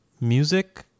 music